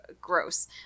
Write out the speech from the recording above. gross